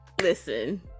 listen